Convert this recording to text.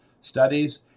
studies